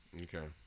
Okay